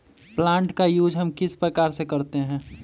Plant का use हम किस प्रकार से करते हैं?